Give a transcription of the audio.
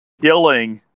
Killing